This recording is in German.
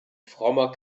frommer